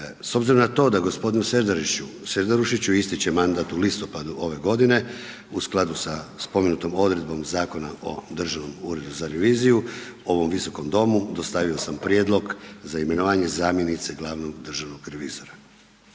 S obzirom na to da gospodinu Serdarušiću ističe mandat u listopadu ove godine u skladu sa spomenutom odredbom Zakona o Državom uredu za reviziju ovom Visokom domu dostavio sam prijedlog za imenovanje zamjenice glavnog državnog revizora.